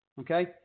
Okay